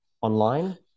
online